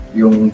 yung